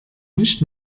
nicht